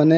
মানে